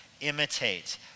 imitate